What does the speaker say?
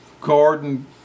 garden